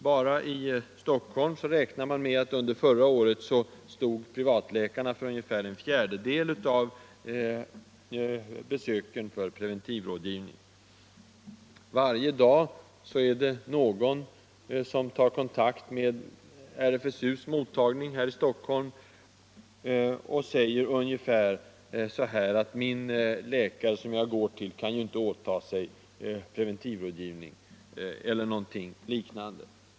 Bara i Stockholm räknar man med att privatläkarna under förra året tog emot ungefär en fjärdedel av besöken för preventivrådgivning. Varje dag är det någon som tar kontakt med RFSU:s mottagning i Stockholm och säger ungefär så här: Den läkare som jag går till kan inte åta sig preventivrådgivning.